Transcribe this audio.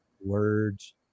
words